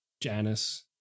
Janice